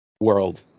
world